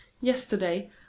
yesterday